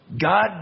God